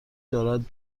دارد